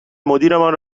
مدیرمان